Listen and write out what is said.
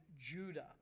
Judah